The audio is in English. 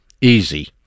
Easy